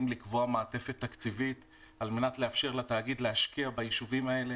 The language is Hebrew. לקבוע מעטפת תקציבית על מנת לאפשר לתאגיד להשקיע ביישובים האלה,